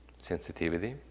sensitivity